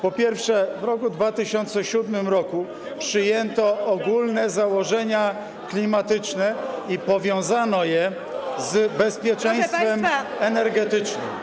Po pierwsze, w roku 2007 przyjęto ogólne założenia klimatyczne i powiązano je z bezpieczeństwem energetycznym.